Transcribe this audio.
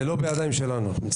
זה לא בידיים שלנו אנחנו מצטערים.